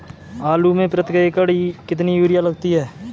आलू में प्रति एकण कितनी यूरिया लगती है?